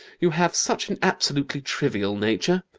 you have such an absolutely trivial nature.